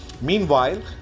Meanwhile